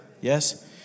Yes